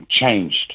changed